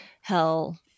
hell